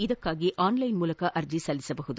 ಇದಕ್ಕಾಗಿ ಆನ್ಲೈನ್ ಮೂಲಕ ಅರ್ಜಿ ಸಲ್ಲಿಸಬಹುದು